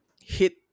hit